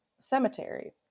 Cemetery